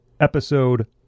episode